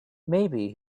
maybe